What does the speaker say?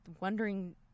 wondering